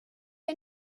der